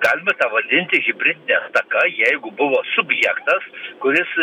galime tą vadinti hibridine ataka jeigu buvo subjektas kuris